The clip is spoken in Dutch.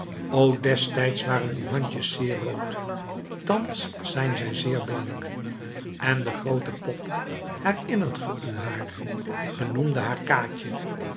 o destijds waren uw handjes zeer rood thans zijn zij zeer blank en de groote pop herinnert ge u haar ge noemdet haar kaatje